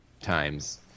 times